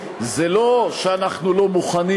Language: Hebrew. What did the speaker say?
כי בצד השני, זה לא שאנחנו לא מוכנים,